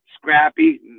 scrappy